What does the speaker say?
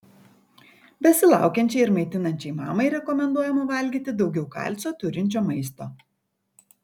besilaukiančiai ir maitinančiai mamai rekomenduojama valgyti daugiau kalcio turinčio maisto